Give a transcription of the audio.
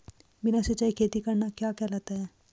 बिना सिंचाई खेती करना क्या कहलाता है?